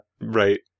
right